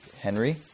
Henry